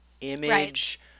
image